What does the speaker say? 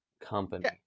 company